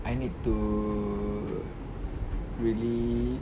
I need to really